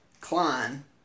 Klein